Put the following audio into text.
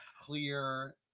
clear